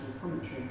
commentary